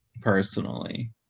personally